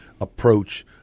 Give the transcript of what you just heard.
approach